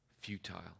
futile